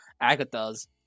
Agatha's